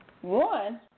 One